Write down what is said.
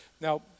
now